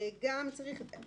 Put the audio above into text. בואו נגיד מהותית מה צריך,